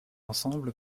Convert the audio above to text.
ensemble